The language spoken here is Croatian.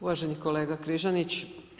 Uvaženi kolega Križanić.